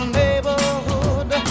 neighborhood